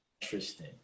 interesting